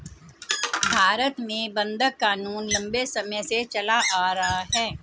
भारत में बंधक क़ानून लम्बे समय से चला आ रहा है